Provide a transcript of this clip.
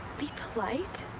be polite.